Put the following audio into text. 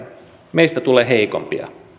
meistä tulee heikompia